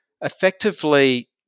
effectively